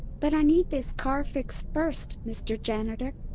but i need this car fixed first, mr. janitor.